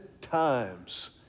times